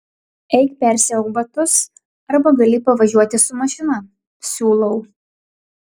eik persiauk batus arba gali pavažiuoti su mašina siūlau